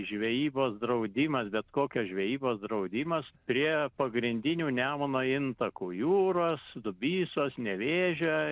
žvejybos draudimas bet kokios žvejybos draudimas prie pagrindinių nemuno intako jūros dubysos nevėžio